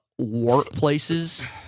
workplaces